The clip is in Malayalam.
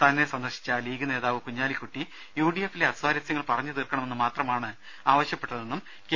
തന്നെ സന്ദർശിച്ച ലീഗ് നേതാവ് കുഞ്ഞാലിക്കുട്ടി യു ഡി എഫിലെ അസ്വാരസ്യങ്ങൾ പറഞ്ഞുതീർക്കണമെന്ന് മാത്രമാണ് ആവശ്യപ്പെട്ടതെന്നും കെ